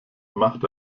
macht